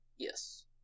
Yes